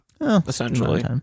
essentially